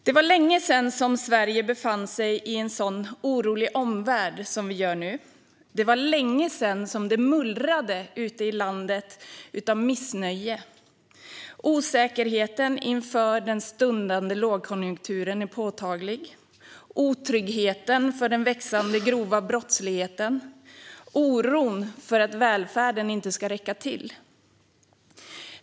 Det var länge sedan Sverige befann sig i en så orolig omvärld som vi gör nu. Det var länge sedan som det mullrade så högt ute i landet av missnöje. Osäkerheten inför den stundande lågkonjunkturen är påtaglig. Det handlar om otryggheten på grund av den växande grova brottsligheten och oron för att välfärden inte ska räcka till.